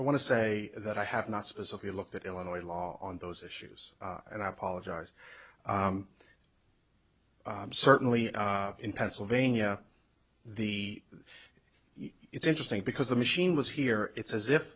i want to say that i have not specifically looked at illinois law on those issues and i apologize certainly in pennsylvania the it's interesting because the machine was here it's as if